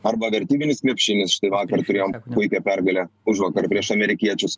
arba vertybinis krepšinis štai vakar turėjom puikią pergalę užvakar prieš amerikiečius